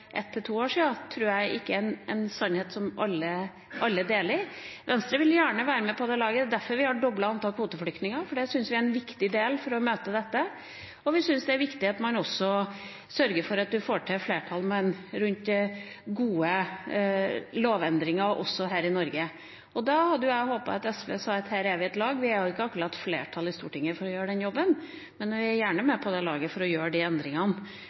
ett til to år siden, tror jeg ikke alle ser på som sannheten. Venstre vil gjerne være med på det laget. Det er derfor vi har doblet antall kvoteflyktninger, for det syns vi er en viktig del for å møte dette, og vi syns det er viktig at man sørger for at man får til flertall for gode lovendringer også her i Norge. Da hadde jeg håpet at SV sa at her er vi et lag. Vi utgjør vel ikke akkurat et flertall i Stortinget for å gjøre den jobben, men jeg er gjerne med på det laget for å gjøre de endringene.